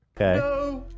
Okay